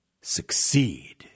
succeed